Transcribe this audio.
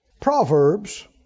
Proverbs